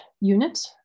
unit